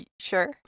Sure